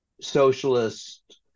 socialist